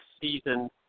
season